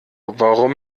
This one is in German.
warum